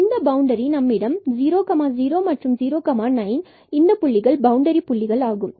மற்றும் இந்த பவுண்டரி மீது நம்மிடம் 00 உள்ளது 09 இதுவே ஒரு பவுண்டரி புள்ளி ஆகும்